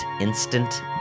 instant